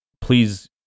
please